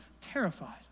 terrified